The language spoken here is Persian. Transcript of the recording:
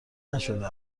نشده